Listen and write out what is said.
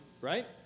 right